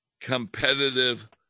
competitive